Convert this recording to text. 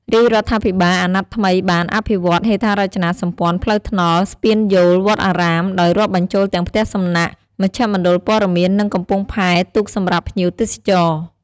រាជរដ្ឋាភិបាលអណត្តិថ្មីបាន អភិវឌ្ឍន៍ហេដ្ឋារចនាសម្ព័ន្ធផ្លូវថ្នល់ ស្ពានយោល វត្តអារាម ដោយរាប់បញ្ចូលទាំងផ្ទះសំណាក់ មជ្ឈមណ្ឌលព័ត៌មាន និងកំពង់ផែទូកសម្រាប់ភ្ញៀវទេសចរ។